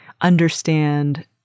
understand